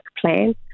plan